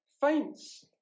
faints